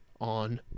on